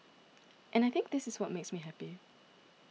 and I think this is what makes me happy